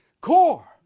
core